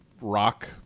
rock